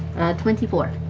twenty four.